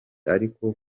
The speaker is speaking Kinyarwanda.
ariko